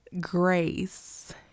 Grace